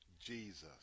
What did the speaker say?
Jesus